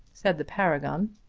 said the paragon.